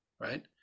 right